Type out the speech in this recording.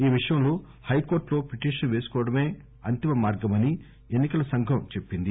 ఈ విషయంలో హైకోర్టులో పిటిషన్ పేసుకోవడమే అంతిమ మార్గమని ఎన్ని కల సంఘం చెప్పింది